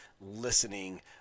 listening